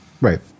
Right